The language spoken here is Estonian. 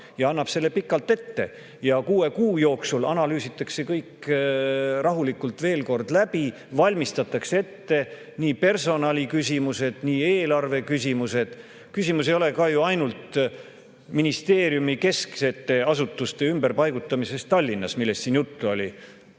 ja annab selle pikalt ette ning kuue kuu jooksul analüüsitakse kõik rahulikult veel kord läbi ja valmistatakse ette nii personaliküsimused kui ka eelarveküsimused. Küsimus ei ole ju ainult ministeeriumide, kesksete asutuste ümberpaigutamises Tallinnas, millest siin juttu oli,